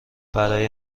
برای